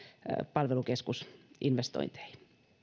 palvelukeskusinvestointeihin